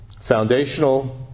foundational